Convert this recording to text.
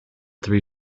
three